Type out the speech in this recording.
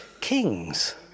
Kings